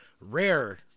rare